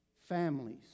Families